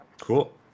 Cool